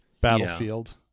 battlefield